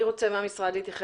המרצים שהם בעלי ידע